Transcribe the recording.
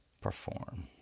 perform